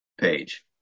page